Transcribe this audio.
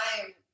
time